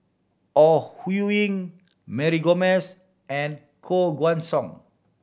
Ore Huiying Mary Gomes and Koh Guan Song